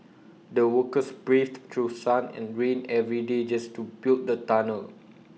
the workers braved through sun and rain every day just to build the tunnel